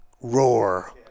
roar